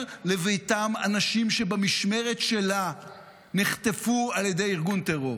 לביתם אנשים שבמשמרת שלה נחטפו על ידי ארגון טרור.